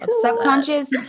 Subconscious